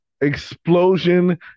explosion